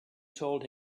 told